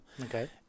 Okay